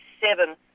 seven